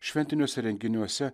šventiniuose renginiuose